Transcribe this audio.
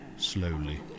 Slowly